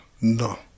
No